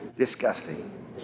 disgusting